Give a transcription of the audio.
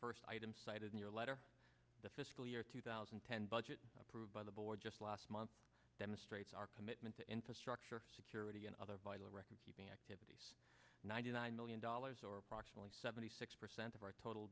first item cited in your letter the fiscal year two thousand and ten budget approved by the board just last month demonstrates our commitment to infrastructure security and other vital record keeping activities ninety nine million dollars or approximately seventy six percent of our total